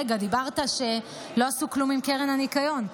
רגע, אמרת שלא עשו כלום עם קרן הניקיון.